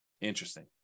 Interesting